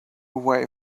away